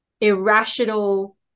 irrational